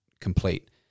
complete